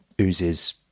oozes